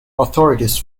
authorities